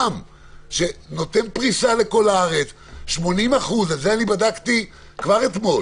שנותן פריסה לכל הארץ, 80%. את זה בדקתי כבר אתמול